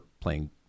playing